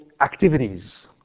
activities